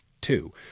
two